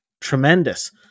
tremendous